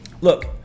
look